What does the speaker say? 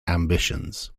ambitions